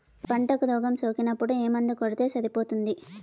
పంటకు రోగం సోకినపుడు ఏ మందు కొడితే సరిపోతుంది?